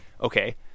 Okay